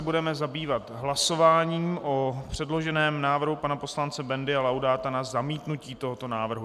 Budeme se zabývat hlasováním o předloženém návrhu pana poslance Bendy a Laudáta na zamítnutí tohoto návrhu.